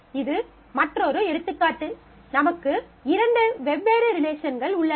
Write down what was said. இது மற்றொரு எடுத்துக்காட்டு நமக்கு இரண்டு வெவ்வேறு ரிலேஷன்கள் உள்ளன